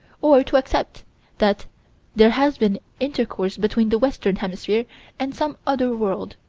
or to accept that there has been intercourse between the western hemisphere and some other world.